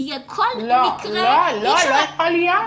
כל מקרה --- לא, לא, לא, לא יכול להיות.